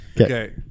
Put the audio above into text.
okay